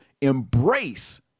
embrace